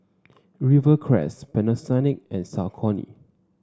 Rivercrest Panasonic and Saucony